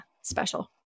special